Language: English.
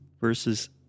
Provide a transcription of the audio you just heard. versus